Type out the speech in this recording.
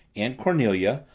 aunt cornelia,